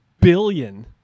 billion